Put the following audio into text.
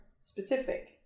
specific